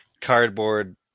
cardboard